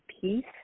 peace